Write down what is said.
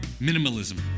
minimalism